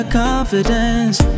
confidence